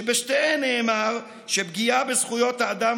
שבשתיהן נאמר שפגיעה בזכויות האדם